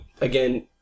again